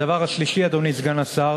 והדבר השלישי, אדוני סגן השר,